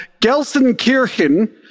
Gelsenkirchen